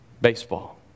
baseball